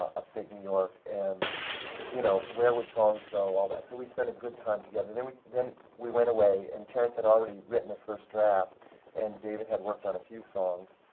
upstate new york. and you know, where would songs go, all that. so we spent a good time together. then we then we went away, and terrence had already written a first draft and david had worked on a few songs,